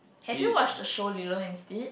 have you watched the show Lilo and Stitch